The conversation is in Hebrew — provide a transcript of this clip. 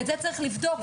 ואת זה צריך לבדוק,